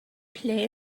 play